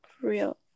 real